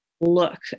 look